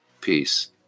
peace